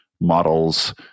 models